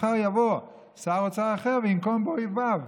מחר יבוא שר אוצר אחר וינקום באויביו,